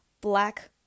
Black